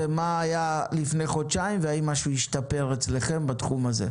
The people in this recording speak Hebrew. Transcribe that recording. מה היה לפני חודשיים והאם משהו השתפר אצלכם בתחום הזה.